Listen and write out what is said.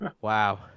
wow